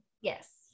yes